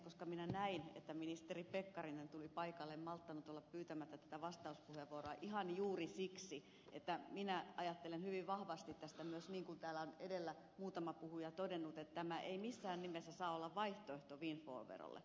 koska minä näin että ministeri pekkarinen tuli paikalle en malttanut olla pyytämättä tätä vastauspuheenvuoroa ihan juuri siksi että minä ajattelen hyvin vahvasti tästä myös niin kuin täällä on edellä muutama puhuja todennut että tämä ei missään nimessä saa olla vaihtoehto windfall verolle